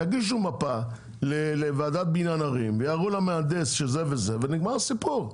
יגישו מפה לוועדת בניין ערים ויראו למהנדס כך וכך ונגמר הסיפור.